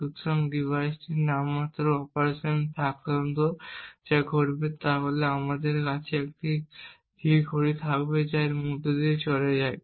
সুতরাং এই ডিভাইসটির নামমাত্র অপারেশনে সাধারণত যা ঘটবে তা হল আমাদের কাছে একটি ধীর ঘড়ি থাকবে যা এর মধ্য দিয়ে চলে যায়